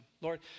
Lord